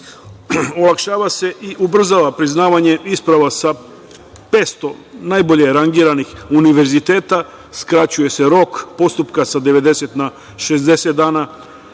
olakšava se i ubrzava priznavanje isprava sa 500 najbolje rangiranih univerziteta, skraćuje se rok postupka sa 90 na 60 dana